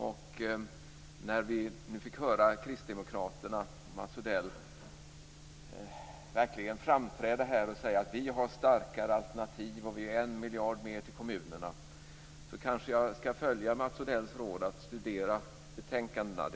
Och när vi nu fick höra Mats Odell från Kristdemokraterna verkligen framträda här och säga att "vi har starkare alternativ" och "vi har en miljard mer till kommunerna", kanske jag skall följa Mats Odells råd att studera betänkandena.